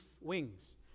wings